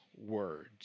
words